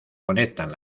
conectan